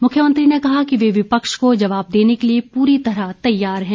मुख्यमंत्री ने कहा कि वे विपक्ष को जवाब देने के लिए पूरी तरह तैयार हैं